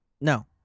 No